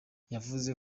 yavuze